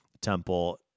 temple